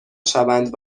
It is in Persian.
شوند